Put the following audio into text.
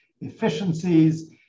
efficiencies